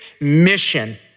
mission